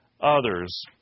others